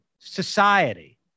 society